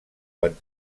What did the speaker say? quan